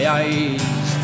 eyes